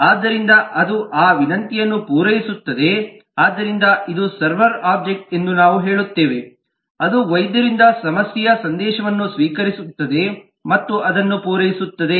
ಆದ್ದರಿಂದ ಅದು ಆ ವಿನಂತಿಯನ್ನು ಪೂರೈಸುತ್ತದೆ ಆದ್ದರಿಂದ ಇದು ಸರ್ವರ್ ಆಬ್ಜೆಕ್ಟ್ ಎಂದು ನಾವು ಹೇಳುತ್ತೇವೆ ಅದು ವೈದ್ಯರಿಂದ ಸಮಸ್ಯೆಯ ಸಂದೇಶವನ್ನು ಸ್ವೀಕರಿಸುತ್ತದೆ ಮತ್ತು ಅದನ್ನು ಪೂರೈಸುತ್ತದೆ